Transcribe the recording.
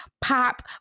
pop